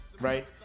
right